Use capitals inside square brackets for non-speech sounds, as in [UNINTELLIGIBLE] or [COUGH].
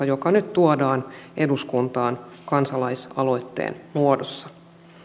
[UNINTELLIGIBLE] joka nyt tuodaan eduskuntaan kansalaisaloitteen muodossa